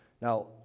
Now